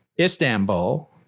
Istanbul